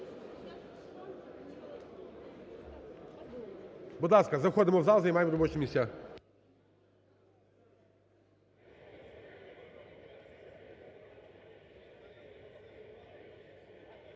Будь ласка, заходимо в зал, займаємо робочі місця.